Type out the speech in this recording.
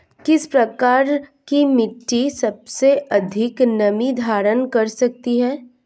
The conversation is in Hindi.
किस प्रकार की मिट्टी सबसे अधिक नमी धारण कर सकती है?